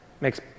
makes